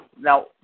Now